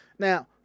Now